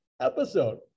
episode